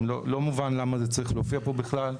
לא מובן למה זה צריך להופיע פה בכלל.